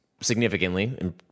significantly